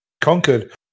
conquered